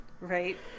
Right